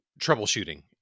troubleshooting